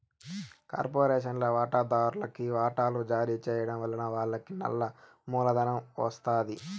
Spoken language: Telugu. కార్పొరేషన్ల వాటాదార్లుకి వాటలు జారీ చేయడం వలన వాళ్లకి నల్ల మూలధనం ఒస్తాది